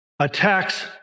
attacks